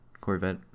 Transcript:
Corvette